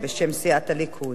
בשם סיעת הליכוד.